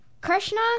Krishna